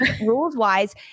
rules-wise